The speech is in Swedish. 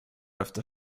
efter